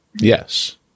Yes